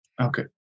Okay